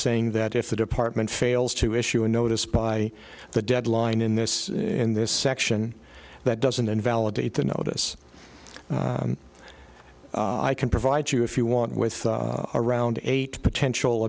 saying that if the department fails to issue a notice by the deadline in this in this section that doesn't invalidate the notice i can provide you if you want with around eight potential